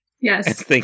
Yes